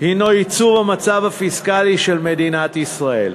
הנו ייצוב המצב הפיסקלי של מדינת ישראל.